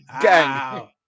Gang